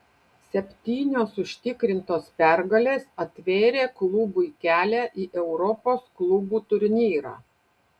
septynios užtikrintos pergalės atvėrė klubui kelią į europos klubų turnyrą